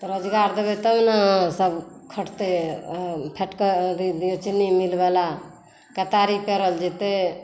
तऽ रोजगार देबै तबने सब खटतै फैक्टरी चीनी मिलवला केतारी पेरल जेतै